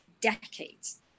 decades